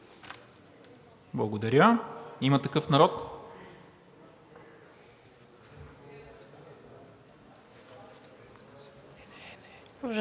Благодаря. „Има такъв народ“?